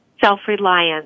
self-reliance